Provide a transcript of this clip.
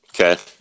Okay